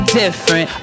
different